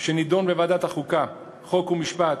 שנדון בוועדת החוקה, חוק ומשפט.